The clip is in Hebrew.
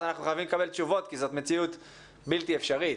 אנחנו חייבים לקבל תשובות כי זו מציאות בלתי אפשרית.